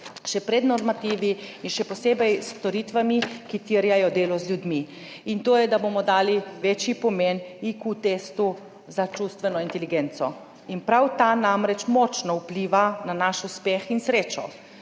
še pred normativi in še posebej s storitvami, ki terjajo delo z ljudmi, in to je, da bomo dali večji pomen IQ testu za čustveno inteligenco. Prav ta namreč močno vpliva na naš uspeh in srečo.